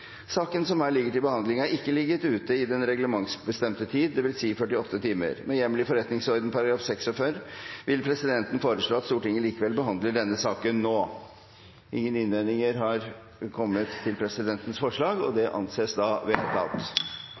Saken som her ligger til behandling, har ikke ligget ute i den reglementsbestemte tid, dvs. 48 timer. Med hjemmel i forretningsordenen § 46 vil presidenten foreslå at Stortinget likevel behandler denne saken nå. – Ingen innvendinger er kommet mot presidentens forslag, og det anses vedtatt.